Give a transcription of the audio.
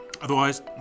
Otherwise